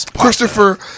Christopher